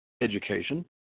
education